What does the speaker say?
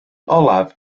olaf